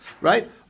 Right